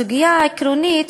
הסוגיה העקרונית,